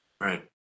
Right